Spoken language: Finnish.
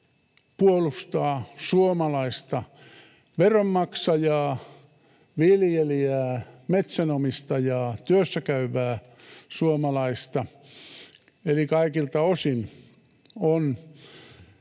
puolustaa suomalaista veronmaksajaa, viljelijää, metsänomistajaa ja työssäkäyvää suomalaista eli kaikilta osin on